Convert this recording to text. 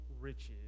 riches